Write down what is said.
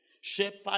shepherd